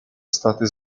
state